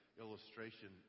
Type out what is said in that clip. illustration